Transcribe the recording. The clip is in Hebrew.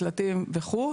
מקלטים וכו'.